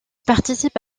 participe